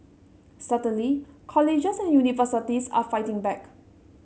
certainly colleges and universities are fighting back